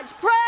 Pray